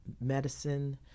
medicine